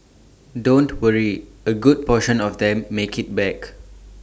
don't worry A good portion of them make IT back